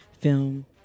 film